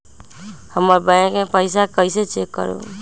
हमर बैंक में पईसा कईसे चेक करु?